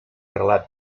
relat